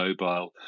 mobile